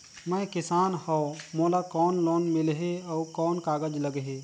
मैं किसान हव मोला कौन लोन मिलही? अउ कौन कागज लगही?